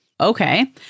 Okay